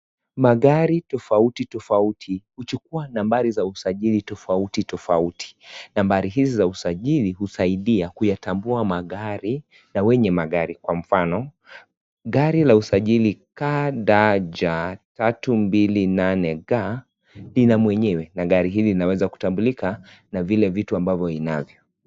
Magari tofauti tofauti. Huchukua nambari za usagili tofauti tufauti. Nambari hizi za usagili husaidia kuyatambua magari na wenye magari kwa mfano. Gari la usagili kaa da, ja, tatu, mbili, nane, ga, linamwenyewe na gari hili linaweza kutambulika na vile vitu ambavyo inavyo.